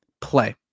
play